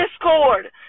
discord